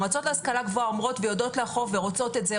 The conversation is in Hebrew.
המועצה להשכלה גבוהה אומרת ויודעת לאכוף ורוצה את זה,